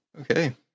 Okay